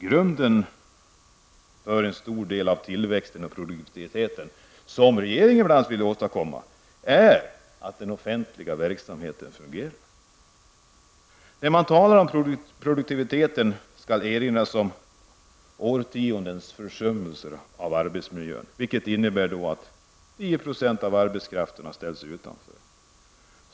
Grunden för en stor del av tillväxt och produktivitet, som bl.a. regeringen vill åstadkomma, är att den offentliga verksamheten fungerar. När man talar om produktiviteten skall det erinras om årtiondens försummelser med arbetsmiljön, vilket innebär att ca 10 % av arbetskraften har ställts utanför.